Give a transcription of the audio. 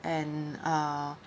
and uh